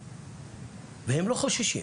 והם לא חוששים.